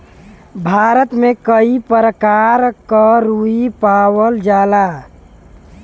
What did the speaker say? भारत में कई परकार क रुई पावल जाला